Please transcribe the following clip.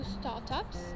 startups